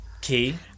key